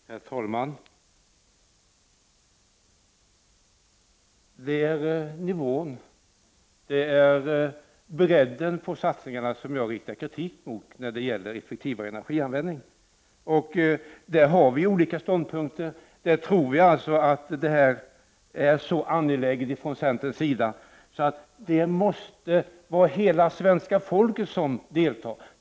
Herr talman! Det är nivån och bredden på satsningarna för en effektivare energianvändning som jag riktar kritik emot. Vi har olika ståndpunkter i det avseendet. Vi menar från centerns sida att sådana är så angelägna att hela svenska folket måste delta.